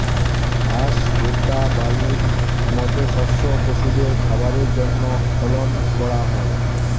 ঘাস, ভুট্টা, বার্লির মত শস্য পশুদের খাবারের জন্যে ফলন করা হয়